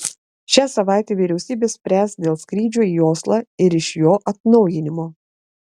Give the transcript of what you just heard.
šią savaitę vyriausybė spręs dėl skrydžių į oslą ir iš jo atnaujinimo